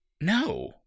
No